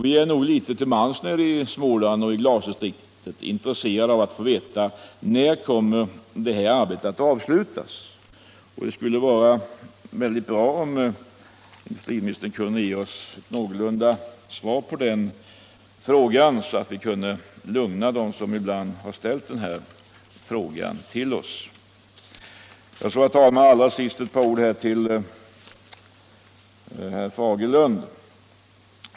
Vi är nog litet till mans nere i Småland och i glasdistriktet intresserade av att få veta när detta arbete kommer att avslutas. Det skulle vara bra om industriministern kunde ge oss ett svar på den frågan så att vi kan lugna dem som ibland ställt frågan till oss. Herr talman! Till sist några ord till herr Fagerlund.